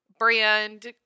brand